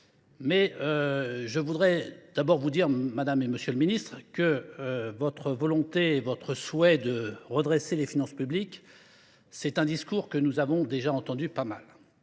mais je voudrais d'abord vous dire, Madame et Monsieur le Ministre, que votre volonté et votre souhait de redresser les finances publiques, c'est un discours que nous avons déjà entendu pas mal.